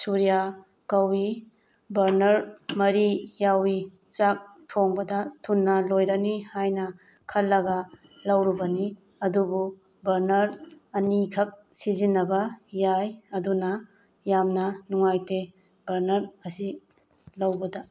ꯁꯨꯔꯤꯌꯥ ꯀꯧꯏ ꯕꯔꯅꯔ ꯃꯔꯤ ꯌꯥꯎꯏ ꯆꯥꯛ ꯊꯣꯡꯕꯗ ꯊꯨꯅ ꯂꯣꯏꯔꯅꯤ ꯍꯥꯏꯅ ꯈꯜꯂꯒ ꯂꯧꯔꯨꯕꯅꯤ ꯑꯗꯨꯕꯨ ꯕꯔꯅꯔ ꯑꯅꯤꯈꯛ ꯁꯤꯖꯟꯅꯕ ꯌꯥꯏ ꯑꯗꯨꯅ ꯌꯥꯝꯅ ꯅꯨꯡꯉꯥꯏꯇꯦ ꯕꯔꯅꯔ ꯑꯁꯤ ꯂꯧꯕꯗ